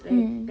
mm